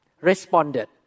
responded